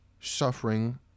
suffering